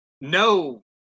no